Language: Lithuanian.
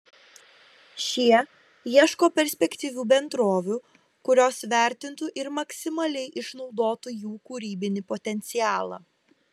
šie ieško perspektyvių bendrovių kurios vertintų ir maksimaliai išnaudotų jų kūrybinį potencialą